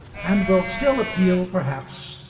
and will still appeal perhaps,